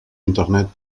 internet